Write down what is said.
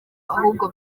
ahubwo